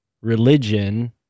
religion